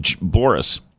Boris